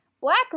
Black